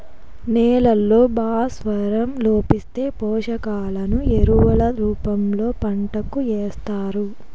నేలల్లో భాస్వరం లోపిస్తే, పోషకాలను ఎరువుల రూపంలో పంటకు ఏస్తారు